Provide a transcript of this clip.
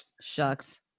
shucks